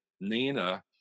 Nina